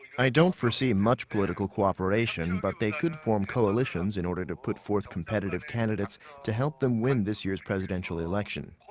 i don't foresee much political cooperation, but they could form coalitions in order to put forth competitive candidates to help them win this year's presidential election.